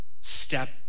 step